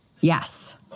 Yes